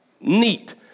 neat